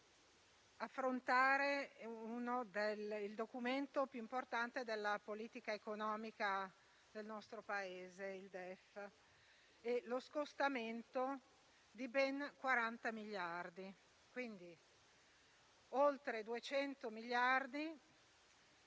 affrontare il documento più importante della politica economica del nostro Paese, il DEF, e lo scostamento di ben 40 miliardi, quindi oltre 200 miliardi,